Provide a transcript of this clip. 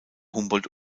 humboldt